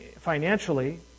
financially